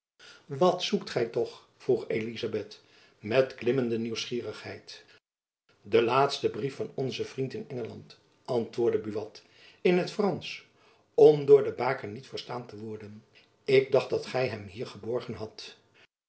wat zoekt gy toch vroeg elizabeth met klimmende nieuwsgierigheid den laatsten brief van onzen vriend in engeland antwoordde buat in t fransch om door de bajacob van lennep elizabeth musch ker niet verstaan te worden ik dacht dat gy hem hier geborgen hadt